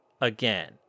again